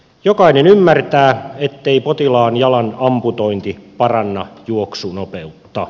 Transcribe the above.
jokainen ymmärtää ettei potilaan jalan amputointi paranna juoksunopeutta